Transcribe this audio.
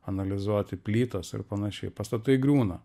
analizuoti plytas ir panašiai pastatai griūna